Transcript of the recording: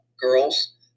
girls